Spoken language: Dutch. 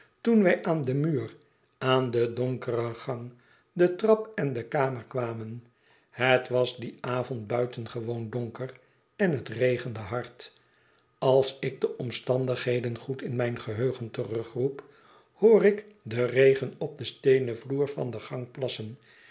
toen wij aan den muur aan de donkere gang de trap en de kamer kwamen het was dien avond buitengewoon donker en het regende hard als ik de omstandigheden goed in mijn geheugen terugroep hoor ik den regen op den steenen vloer van de gang plassen